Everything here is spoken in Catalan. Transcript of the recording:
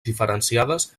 diferenciades